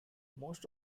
most